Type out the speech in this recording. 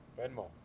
Venmo